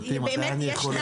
אני רוצה מכתב